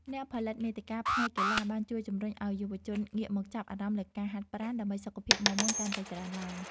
អ្នកផលិតមាតិកាផ្នែកកីឡាបានជួយជំរុញឱ្យយុវជនងាកមកចាប់អារម្មណ៍លើការហាត់ប្រាណ ដើម្បីសុខភាពមាំមួនកាន់តែច្រើនឡើង។